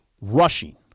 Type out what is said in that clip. Rushing